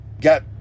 got